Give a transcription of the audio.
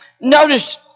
notice